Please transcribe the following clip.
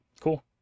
cool